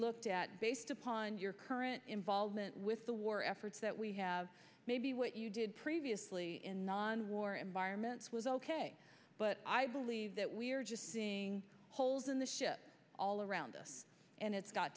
looked at based upon your current involvement with the war efforts that we have maybe what you did previously in non war environments was ok but i believe that we're just seeing holes in the ship all around us and it's got